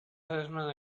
salesman